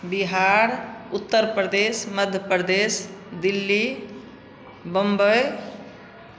Bihar Uttar Pradesh Madhya Pradesh Delhi Bombay